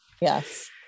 Yes